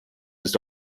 ist